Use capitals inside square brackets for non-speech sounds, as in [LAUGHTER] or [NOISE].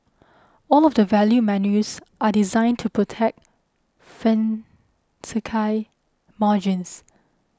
all of the value menus are designed to protect [UNINTELLIGIBLE] margins